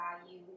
value